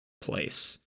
place